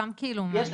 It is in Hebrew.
סתם כאילו מעניין אותי.